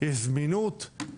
יש זמינות,